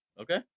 Okay